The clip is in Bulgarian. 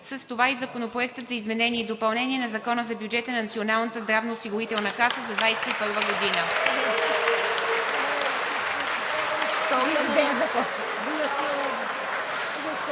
относно Законопроект за изменение и допълнение на Закона за бюджета на Националната здравноосигурителна каса за 2021 г.,